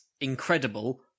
incredible